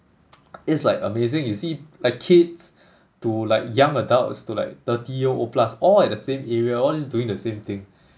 it's like amazing you see like kids to like young adults to like thirty year old plus all at the same area all just doing the same thing